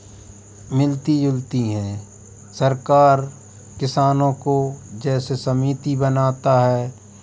मिलती जुलती हैं सरकार किसानों को जैसे समिति बनाता है